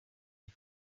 not